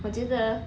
我觉得